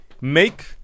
make